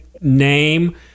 name